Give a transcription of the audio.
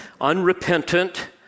unrepentant